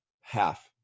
half